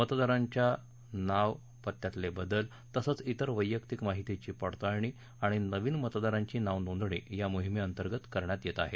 मतदारांच्या नाव पत्यातले बदल तसंच त्विर वैयक्तिक माहितीची पडताळणी आणि नवीन मतदारांची नाव नोंदणी या मोहिमेअंतर्गत करण्यात येत आहे